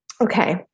Okay